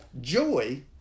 joy